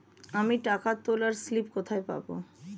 আমি টাকা তোলার স্লিপ কোথায় পাবো?